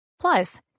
Plus